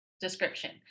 description